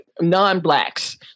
non-blacks